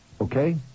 Okay